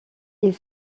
est